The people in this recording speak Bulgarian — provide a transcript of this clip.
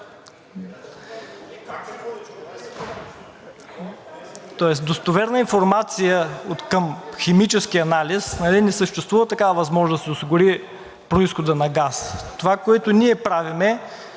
…тоест достоверна информация откъм химически анализ, не съществува такава възможност да се осигури произходът на газа. Това, което ние правим,